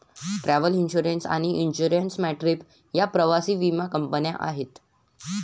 travel insurance आणि Insure My Trip या प्रवासी विमा कंपन्या आहेत